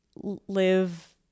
live